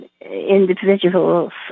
individual's